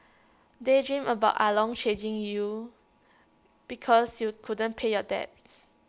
daydream about ah long chasing you because you couldn't pay your debts